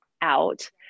out